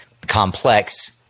complex